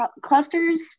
clusters